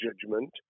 judgment